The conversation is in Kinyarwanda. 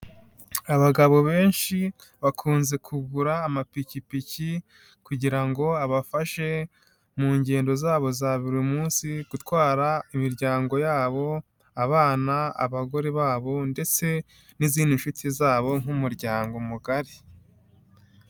Abagabo benshi bakunze kugura amapikipiki kugira ngo abafashe mu ngendo zabo za buri munsi gutwara imiryango yabo, abana, abagore babo ndetse n'izindi nshuti zabo nk'umuryango mugari.